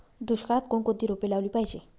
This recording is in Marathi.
दुष्काळात कोणकोणती रोपे लावली पाहिजे?